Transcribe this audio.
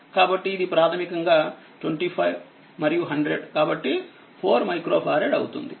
కాబట్టిఇది ప్రాథమికంగా 25మరియు100 కాబట్టి 4 మైక్రో ఫారెడ్ అవుతుంది